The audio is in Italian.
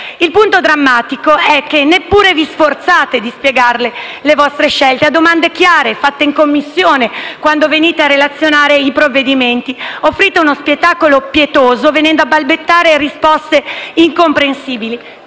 Il punto drammatico è che neppure vi sforzate di spiegarle, le vostre scelte: a domande chiare, fatte in Commissione quando venite a relazionare i provvedimenti, offrite uno spettacolo pietoso, venendo a balbettare risposte incomprensibili,